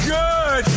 good